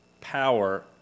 power